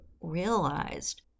realized